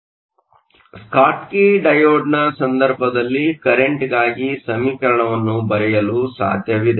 ಆದ್ದರಿಂದ ಸ್ಕಾಟ್ಕಿ ಡಯೋಡ್ನ ಸಂದರ್ಭದಲ್ಲಿ ಕರೆಂಟ್ಗಾಗಿ ಸಮೀಕರಣವನ್ನು ಬರೆಯಲು ಸಾಧ್ಯವಿದೆ